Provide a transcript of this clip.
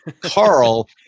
carl